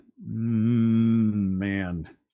Man